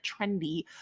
trendy